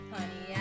Honey